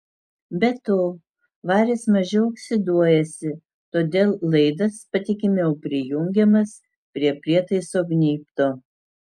be to varis mažiau oksiduojasi todėl laidas patikimiau prijungiamas prie prietaiso gnybto